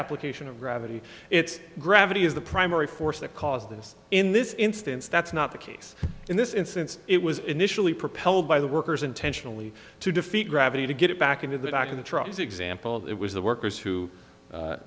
application of gravity its gravity is the primary force that caused this in this instance that's not the case in this instance it was initially propelled by the workers intentionally to defeat gravity to get it back into the back of the truck as example it was the workers who